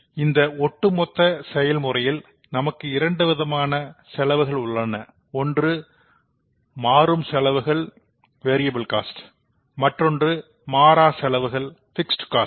நன்றி இந்த ஒட்டுமொத்த செயல்முறையில் நமக்கு இரண்டு விதமான செலவுகள் உள்ளன ஒன்று வெரியபல் காஸ்ட் மற்றொன்று பிக்ஸட் காஸ்ட்